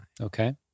okay